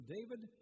David